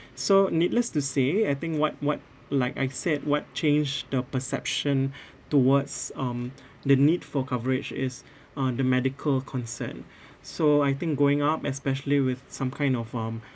so needless to say I think what what like I said what changed the perception towards um the need for coverage is uh the medical concern so I think growing up especially with some kind of um